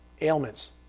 ailments